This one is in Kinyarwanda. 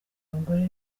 abagore